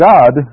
God